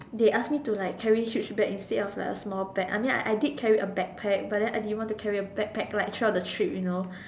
they ask me to like carry huge bag instead of like a small bag I mean I I did carry a back pack but then I didn't want to carry a back pack like throughout the trip you know